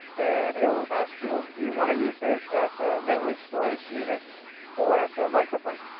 and it will ask you do you want to use this as a memory storage unit or as a microphone?